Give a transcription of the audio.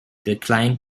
declined